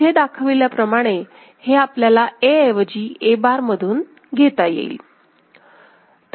इथे दाखविल्याप्रमाणे हे आपल्याला A ऐवजी A बार मधून घेता येईल